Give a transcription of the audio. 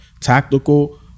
tactical